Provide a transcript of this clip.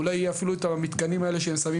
אולי יהיה אפילו את המתקנים האלה שהם שמים